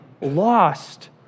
lost